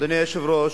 אדוני היושב-ראש,